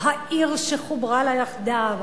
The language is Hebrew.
"העיר שחוברה לה יחדיו",